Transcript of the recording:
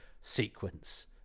sequence